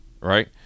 right